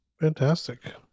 fantastic